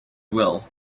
will